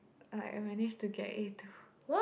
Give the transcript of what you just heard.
I I managed to get A two